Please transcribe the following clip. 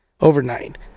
Overnight